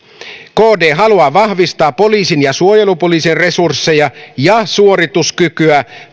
kd haluaa vahvistaa poliisin ja suojelupoliisin resursseja ja suorituskykyä